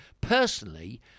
Personally